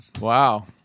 wow